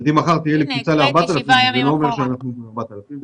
אם מחר תהיה לי קפיצה ל-4,000 זה לא אומר שאנחנו עם 4,000,